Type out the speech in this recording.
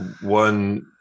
one